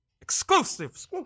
Exclusive